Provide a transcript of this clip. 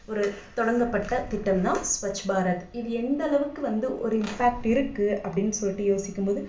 ஒரு தொடங்கப்பட்ட திட்டம் தான் ஸ்வச் பாரத் இது எந்த அளவுக்கு வந்து ஒரு இம்பேக்ட் இருக்குது அப்படின்னு சொல்லிவிட்டு யோசிக்கும்போது